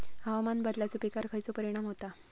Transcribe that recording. हवामान बदलाचो पिकावर खयचो परिणाम होता?